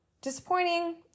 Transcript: disappointing